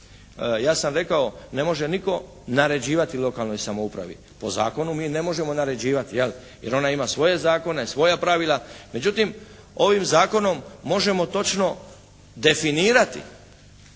ja sam rekao ne može nitko naređivati lokalnoj samoupravi. Po zakonu mi ne možemo naređivati, jel, jer ona ima svoje zakone, svoja pravila. Međutim ovim zakonom možemo točno definirati